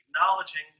acknowledging